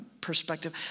perspective